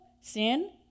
sin